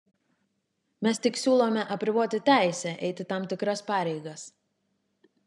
mes tik siūlome apriboti teisę eiti tam tikras pareigas